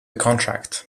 contract